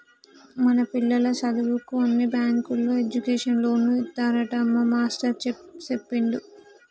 మన పిల్లల సదువుకు అన్ని బ్యాంకుల్లో ఎడ్యుకేషన్ లోన్లు ఇత్తారట మా మేస్టారు సెప్పిండు